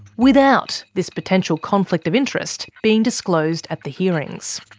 without this potential conflict of interest being disclosed at the hearings.